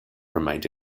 remains